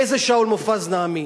לאיזה שאול מופז נאמין?